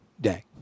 day